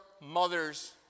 Mother's